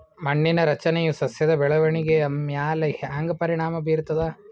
ಮಣ್ಣಿನ ರಚನೆಯು ಸಸ್ಯದ ಬೆಳವಣಿಗೆಯ ಮ್ಯಾಲ ಹ್ಯಾಂಗ ಪರಿಣಾಮ ಬೀರ್ತದ?